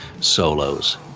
solos